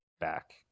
back